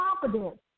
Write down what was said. confidence